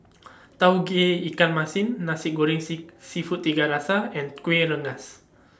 Tauge Ikan Masin Nasi Goreng Sit Seafood Tiga Rasa and Kueh Rengas